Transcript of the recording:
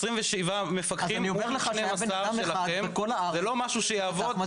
27 מפקחים פלוס 12 שלכם, זה לא משהו שיעבוד.